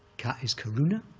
ka is karuna.